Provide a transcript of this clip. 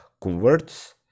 converts